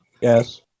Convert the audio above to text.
Yes